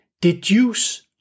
deduce